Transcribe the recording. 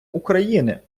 україни